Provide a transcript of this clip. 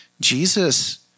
Jesus